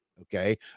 okay